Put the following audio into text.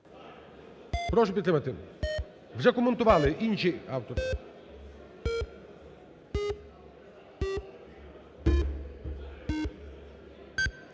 прошу підтримати. Вже коментували інші автори.